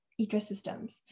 ecosystems